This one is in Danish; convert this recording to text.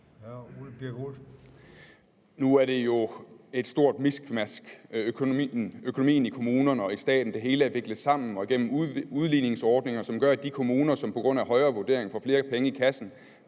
og staten jo et stort miskmask, det hele er viklet sammen gennem udligningsordninger, som gør, at de kommuner, som på grund af højere vurderinger får flere penge i kassen,